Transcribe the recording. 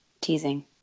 Teasing